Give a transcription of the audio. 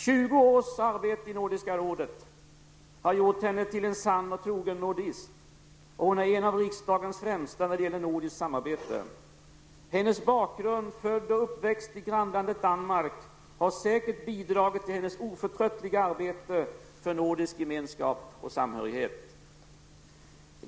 20 års arbete i Nordiska rådet har gjort henne till en sann och trogen ''nordist'', och hon är en av riksdagens främsta när det gäller nordiskt samarbete. Hennes bakgrund -- född och uppväxt i grannlandet Danmark -- har säkert bidragit till hennes oförtröttliga arbete för nordisk gemenskap och samhörighet.